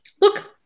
look